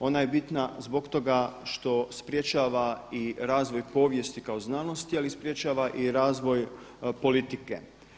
Ona je bitna zbog toga što sprječava i razvoj povijesti kao znanosti, ali sprječava i razvoj politike.